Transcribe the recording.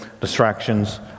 distractions